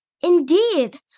Indeed